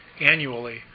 annually